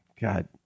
God